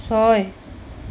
ছয়